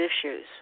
issues